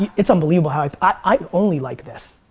it's unbelievable how i, i only like this.